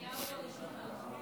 נתניהו בראשונה.